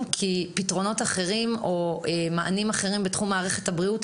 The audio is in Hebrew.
כי פתרונות אחרים או מענים אחרים בתחום מערכת הבריאות,